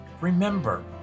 Remember